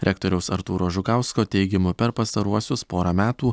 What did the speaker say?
rektoriaus artūro žukausko teigimu per pastaruosius porą metų